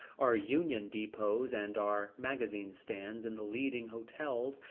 our union depots and our magazine stands in the leading hotels,